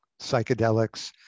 psychedelics